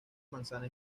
manzana